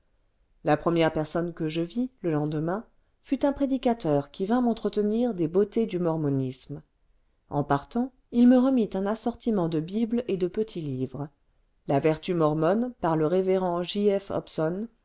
la première personne que je vis le lendemain fut un prédicateur qui vint m'entretenir des beautés du mormonisme en partant il me remit un assortiment de bibles et de petits livres la vertu marmonne par le révérend j